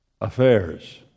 affairs